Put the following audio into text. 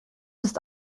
ist